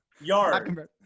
Yard